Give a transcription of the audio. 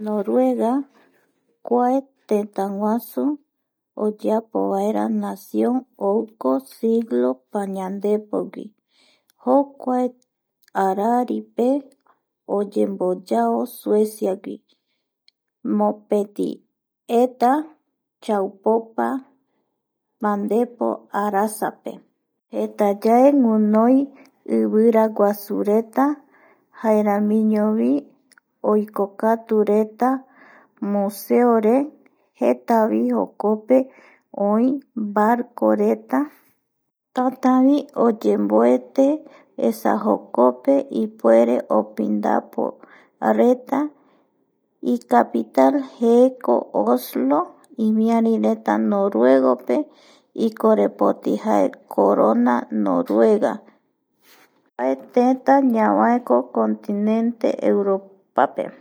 Noruega kua Tëtäguasu oyeapovaera nación ou siglo pañandepogui jokuae araripe oyemboyao sueciagui, mopeti eta chaupopa pandepo arasape jetayae guinoi ivira guasureta jaeramiñovi oikokatureta museore jetavi jokope oï barcoreta tätävi ouyemboete esa jokope ipuere opindapo reta icapital jeeko Oslo imiarireta noruegope, ikorepoti jae corona noruega kua tëtä ñavaeko continente europape